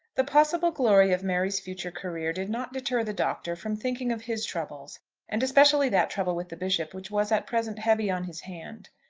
the possible glory of mary's future career did not deter the doctor from thinking of his troubles and especially that trouble with the bishop which was at present heavy on his hand.